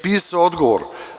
Pisao je odgovor.